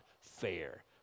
fair